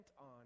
on